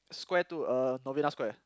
Square Two uh Novena-Square